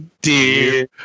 dear